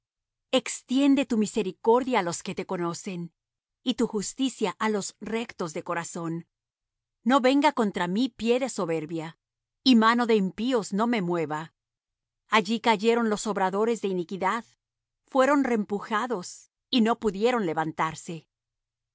extiende tu misericordia á los que te conocen y tu justicia á los rectos de corazón no venga contra mí pie de soberbia y mano de impíos no me mueva allí cayeron los obradores de iniquidad fueron rempujados y no pudieron levantarse